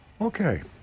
Okay